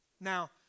Now